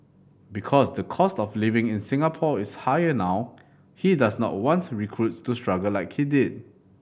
because the cost of living in Singapore is higher now he does not want to recruits to struggle like he did